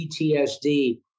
PTSD